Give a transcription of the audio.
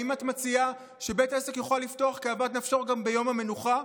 האם את מציעה שבית עסק יוכל לפתוח כאוות נפשו גם ביום המנוחה,